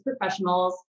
professionals